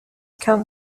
count